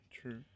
true